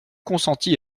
consenti